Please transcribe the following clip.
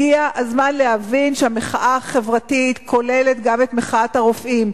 הגיע הזמן להבין שהמחאה החברתית כוללת גם את מחאת הרופאים.